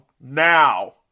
now